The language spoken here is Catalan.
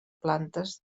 plantes